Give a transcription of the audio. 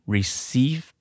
Receive